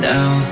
Now